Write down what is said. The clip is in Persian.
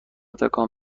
تکان